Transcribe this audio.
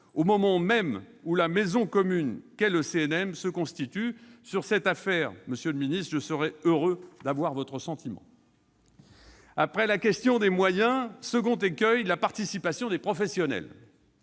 au moment même où la maison commune qu'est le CNM se constitue. Sur cette affaire, monsieur le ministre, je serai heureux d'avoir votre sentiment. Après la question des moyens, le second écueil est la participation des professionnels.